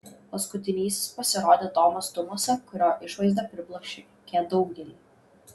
paskutinysis pasirodė tomas tumosa kurio išvaizda pribloškė daugelį